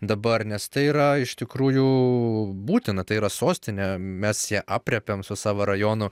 dabar nes tai yra iš tikrųjų būtina tai yra sostinė mes ją aprėpiam su savo rajonu